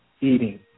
eating